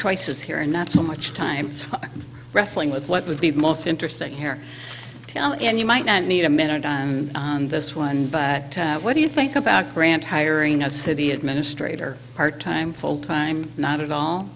choices here and not so much time wrestling with what would be most interesting here and you might not need a minute and on this one back what do you think about grant hiring a city administrator part time full time not at all